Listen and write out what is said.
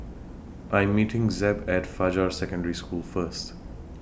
I'm meeting Zeb At Fajar Secondary School First